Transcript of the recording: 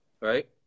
right